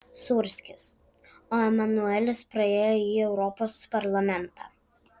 sūrskis o emanuelis praėjo į europos parlamentą